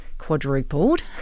quadrupled